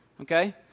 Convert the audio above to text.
okay